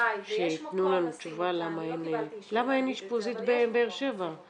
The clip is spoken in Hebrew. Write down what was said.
שיתנו לנו תשובה למה אין אשפוזית בבאר שבע,